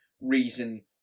reason